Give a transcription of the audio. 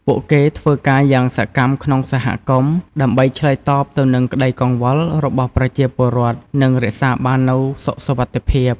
ពួកគេធ្វើការយ៉ាងសកម្មក្នុងសហគមន៍ ដើម្បីឆ្លើយតបទៅនឹងក្តីកង្វល់របស់ប្រជាពលរដ្ឋ និងរក្សាបាននូវសុខសុវត្ថិភាព។